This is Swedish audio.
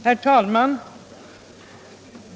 Herr talman!